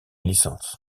licence